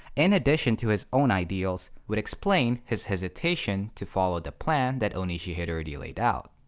in addition to his own ideals, would explain his hesitation to follow the plan that onishi had already laid out.